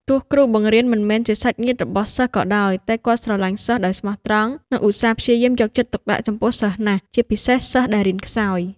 ទោះគ្រូបង្រៀនមិនមែនជាសាច់ញាតិរបស់សិស្សក៏ដោយ តែគាត់ស្រឡាញ់សិស្សដោយស្មោះត្រង់ និងឧស្សាហ៍ព្យាយាមយកចិត្តទុកដាក់ចំពោះសិស្សណាស់ ជាពិសេសសិស្សដែលរៀនខ្សោយ។